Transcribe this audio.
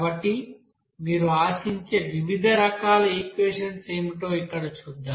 కాబట్టి మీరు ఆశించే వివిధ రకాల ఈక్వెషన్స్ ఏమిటో ఇక్కడ చూద్దాం